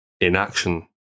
inaction